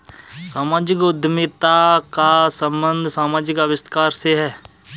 सामाजिक उद्यमिता का संबंध समाजिक आविष्कार से है